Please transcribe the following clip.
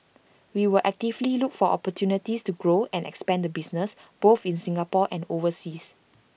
we will actively look for opportunities to grow and expand the business both in Singapore and overseas